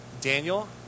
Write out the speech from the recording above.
Daniel